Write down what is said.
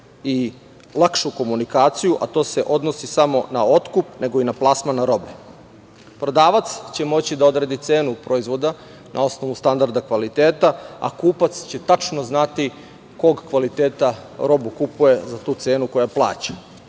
i lakšu komunikaciju, a to se odnosi samo na otkup nego i na plasman robe. Prodavac će moći da odredi cenu proizvoda na osnovu standarda kvaliteta, a kupac će tačno znati kog kvaliteta robu kupuje za tu cenu koju